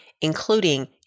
including